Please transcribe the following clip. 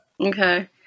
okay